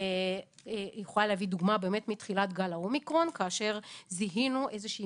אוכל להביא דוגמה באמת מתחילת גל האומיקרון כאשר זהינו איזושהי